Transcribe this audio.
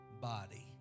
body